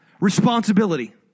responsibility